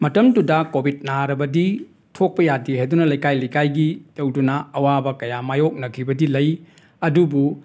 ꯃꯇꯝꯗꯨꯗ ꯀꯣꯕꯤꯠ ꯅꯥꯔꯕꯗꯤ ꯊꯣꯛꯄ ꯌꯥꯗꯦ ꯍꯥꯏꯗꯨꯅ ꯂꯩꯀꯥꯏ ꯂꯩꯀꯥꯏꯒꯤ ꯇꯧꯗꯨꯅ ꯑꯋꯥꯕ ꯀꯌꯥ ꯃꯥꯏꯌꯣꯛꯅꯈꯤꯕꯗꯤ ꯂꯩ ꯑꯗꯨꯕꯨ